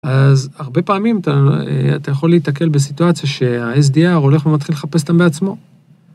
אז הרבה פעמים אתה יכול להיתקל בסיטואציה שה-SDR הולך ומתחיל לחפש אותם עצמו.